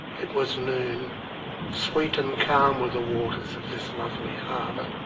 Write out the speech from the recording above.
it was noon sweet and calm were the waters of this lovely harbour,